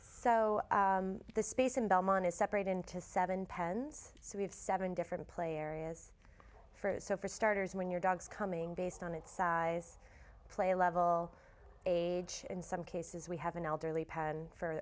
so the space in belmont is separate into seven pens so we have seven different player areas for so for starters when your dogs coming based on its size play level age in some cases we have an elderly pen for